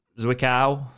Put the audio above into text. Zwickau